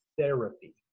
therapy